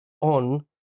on